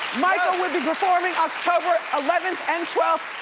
michael will be performing october eleventh and twelfth.